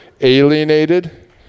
alienated